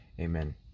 Amen